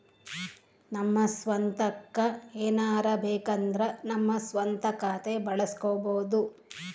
ನಮ್ಮ ಸ್ವಂತಕ್ಕ ಏನಾರಬೇಕಂದ್ರ ನಮ್ಮ ಸ್ವಂತ ಖಾತೆ ಬಳಸ್ಕೋಬೊದು